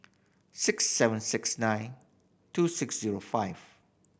six seven six nine two six zero five